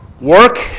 work